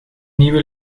nieuwe